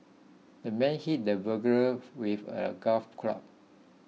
the man hit the burglar with a golf club